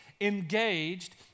engaged